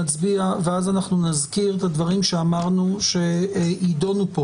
אנחנו נצביע ואז אנחנו נזכיר את הדברים שאמרנו שיידונו פה